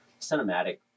cinematic